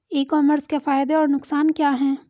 ई commerce के फायदे और नुकसान क्या हैं?